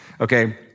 Okay